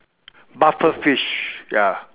puffer fish ya